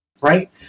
right